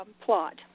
plot